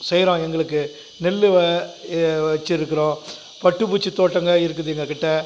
செய்கிறோம் எங்களுக்கு நெல் வச்சுருக்குறோம் பட்டுப்பூச்சி தோட்டங்கள் இருக்குது எங்கள் கிட்டே